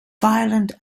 violent